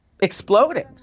exploded